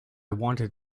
wanted